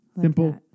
Simple